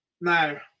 Now